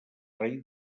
rei